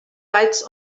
bites